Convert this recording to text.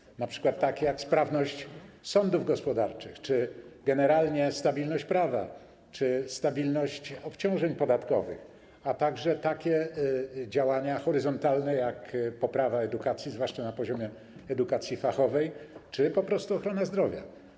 Chodzi o takie czynniki, jak np. sprawność sądów gospodarczych czy generalnie stabilność prawa, stabilność obciążeń podatkowych, a także takie działania horyzontalne jak poprawa edukacji, zwłaszcza na poziomie edukacji fachowej, czy po prostu ochrona zdrowia.